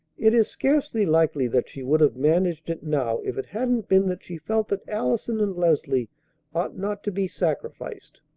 it is scarcely likely that she would have managed it now if it hadn't been that she felt that allison and leslie ought not to be sacrificed.